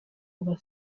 kuva